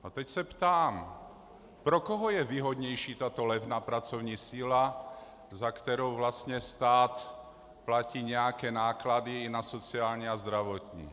A teď se ptám pro koho je výhodnější tato levná pracovní síla, za kterou vlastně stát platí nějaké náklady i na sociální a zdravotní?